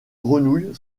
grenouille